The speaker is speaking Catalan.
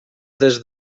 des